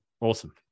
Awesome